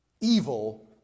evil